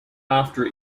after